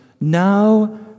now